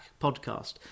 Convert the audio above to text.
podcast